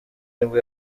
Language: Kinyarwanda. nibwo